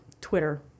twitter